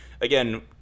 again